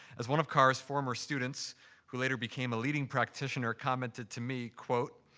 as one of carr's former students who later became a leading practitioner commented to me, quote,